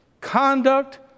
conduct